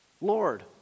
Lord